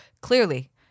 Clearly